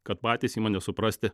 kad patys ima nesuprasti